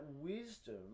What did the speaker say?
wisdom